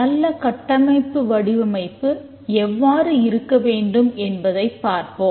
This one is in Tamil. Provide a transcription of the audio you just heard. நல்ல கட்டமைப்பு வடிவமைப்பு எவ்வாறு இருக்க வேண்டும் என்பதைப் பார்ப்போம்